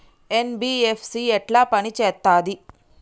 NBFC ఎట్ల పని చేత్తది?